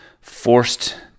forced